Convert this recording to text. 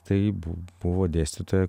tai buvo dėstytoja